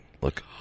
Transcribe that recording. look